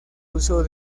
uso